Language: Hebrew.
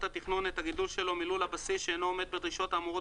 התכנון את הגידול שלו מלול הבסיס שאינו עומד בדרישות האמורות